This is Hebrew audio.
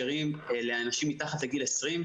אני מדברת על חברות ההסעה שמחויבים להציע עובדים חיוניים,